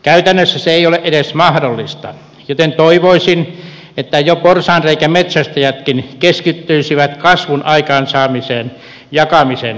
käytännössä se ei ole edes mahdollista joten toivoisin että porsaanreikämetsästäjätkin keskittyisivät jo kasvun aikaansaamiseen jakamisen sijasta